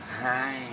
Hi